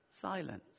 silence